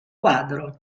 quadro